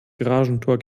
garagentor